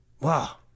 Wow